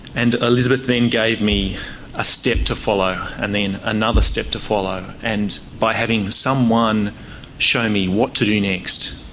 and elizabeth then gave me a step to follow, and then another step to follow, and by having someone show me what to do next,